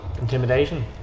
Intimidation